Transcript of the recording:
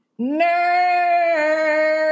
Nerd